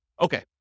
Okay